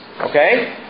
Okay